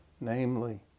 Namely